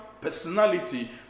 personality